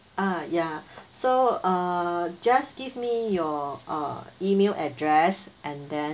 uh ya so uh just give me your uh email address and then